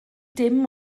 dim